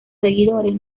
seguidores